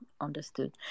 Understood